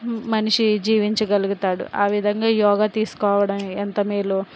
మనిషి జీవించగలుగుతాడు ఆ విధంగా యోగా తీసుకోవడం ఎంత మేలో